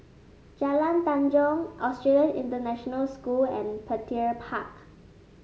Jalan Tanjong Australian International School and Petir Park